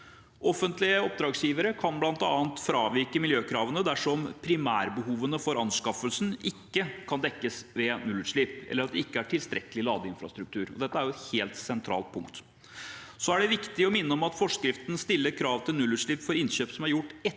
Offentlige oppdragsgivere kan bl.a. fravike miljøkravene dersom primærbehovene for anskaffelsen ikke kan dekkes ved nullutslipp, eller det ikke er tilstrekkelig ladeinfrastruktur. Dette er et helt sentralt punkt. Det er også viktig å minne om at forskriften stiller krav til nullutslipp for innkjøp som er gjort etter 1.